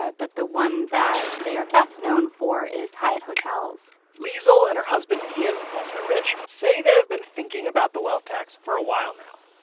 ah but the one that they are best known for is hyatt hotels liesel and her husband ian also rich say they have been thinking about the wealth tax for a while now.